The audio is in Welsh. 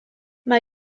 mae